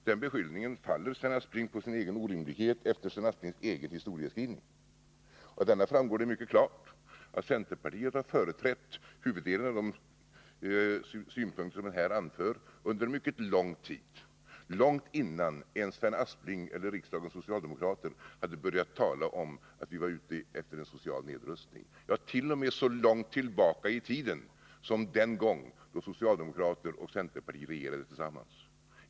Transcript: Denna beskyllning, Sven Aspling, faller på sin egen orimlighet efter Sven Asplings egen historieskrivning. Av denna framgick det mycket klart att centerpartiet har företrätt huvuddelen av de synpunkter som jag här har anfört och detta under mycket lång tid, långt innan Sven Aspling eller riksdagen hade börjat tala om att vi var ute efter en social nedrustning — ja, t.o.m. så långt tillbaka i tiden som den gång när socialdemokrater och bondeförbundare regerade tillsammans.